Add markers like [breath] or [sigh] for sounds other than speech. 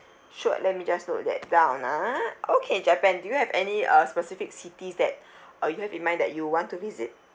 sure let me just note that down ah okay japan do you have any uh specific cities that [breath] uh you have in mind that you want to visit